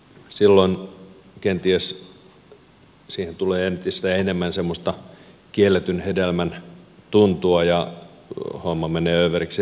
silloin siihen kenties tulee entistä enemmän semmoista kielletyn hedelmän tuntua ja homma menee överiksi helpommin